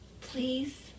please